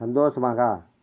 சந்தோசமாக